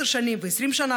10 שנים ו-20 שנה,